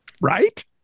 Right